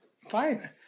fine